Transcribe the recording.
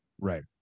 Right